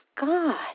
God